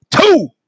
two